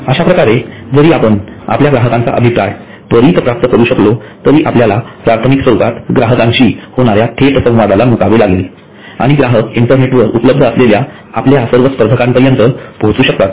अश्याप्रकारे जरी आपण आपल्या ग्राहकांचा अभिप्राय त्वरित प्राप्त करू शकलो तरी आपल्याला प्राथमिक स्वरूपात ग्राहकांशी होणाऱ्या थेट संवादाला मुकावे लागेल आणि ग्राहक इंटरनेटवर उपलब्ध असलेल्या आपल्या सर्व स्पर्धकांपर्यंत पोहचू शकतात